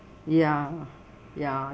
ya ya